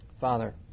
Father